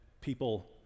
people